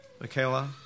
Michaela